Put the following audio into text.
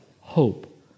hope